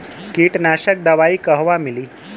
कीटनाशक दवाई कहवा मिली?